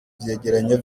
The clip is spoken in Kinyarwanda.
vyegeranyo